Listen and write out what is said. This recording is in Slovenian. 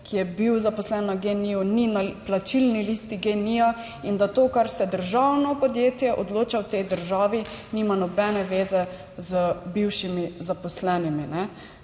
ki je bil zaposlen na geniju, ni na plačilni listi GEN-I, in da to, kar se državno podjetje odloča v tej državi, nima nobene veze z bivšimi zaposlenimi.